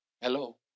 Hello